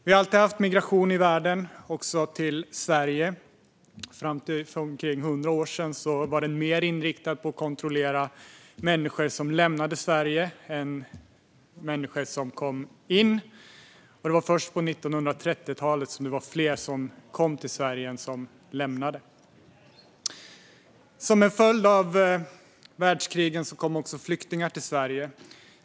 Migration har alltid funnits, också till Sverige. Fram till för omkring hundra år sedan handlade det dock mer om att människor lämnade Sverige än kom hit. Först på 1930-talet var det fler som kom till Sverige än som lämnade Sverige. Som en följd av världskrigen kom också flyktingar hit.